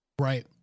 right